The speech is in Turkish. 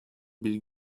bir